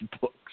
books